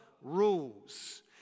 rules